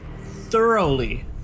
thoroughly